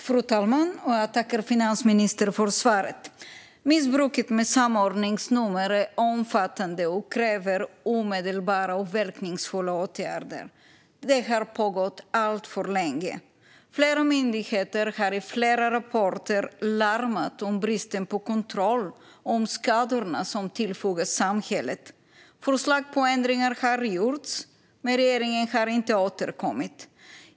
Fru talman! Jag tackar finansministern för svaret. Missbruket av samordningsnummer är omfattande och kräver omedelbara och verkningsfulla åtgärder. Det har pågått alltför länge. Flera myndigheter har i flera rapporter larmat om bristen på kontroll och om skadorna som tillfogas samhället. Förslag på ändringar har lagts fram, men regeringen har inte återkommit.